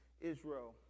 Israel